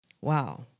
Wow